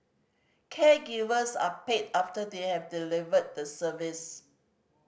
caregivers are paid after they have delivered the service